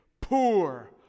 poor